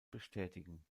bestätigen